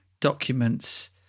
documents